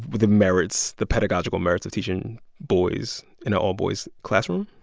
the merits the pedagogical merits of teaching boys in a all-boys classroom?